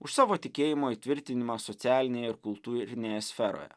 už savo tikėjimo įtvirtinimą socialinėje ir kultūrinėje sferoje